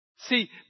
See